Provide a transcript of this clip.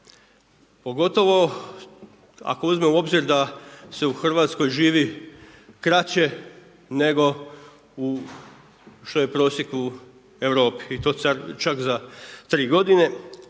Pogotovo ako uzmemo u obzir da se u Hrvatskoj živi kraće nego u, što je prosjek u Europi i to čak za 3 godine.